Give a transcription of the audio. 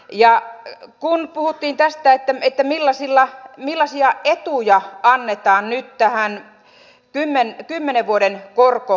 ja kun puhuttiin tästä että millaisia etuja annetaan nyt tähän kymmenen vuoden korkotukeen